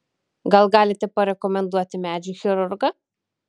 gal galite parekomenduoti medžių chirurgą